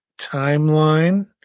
timeline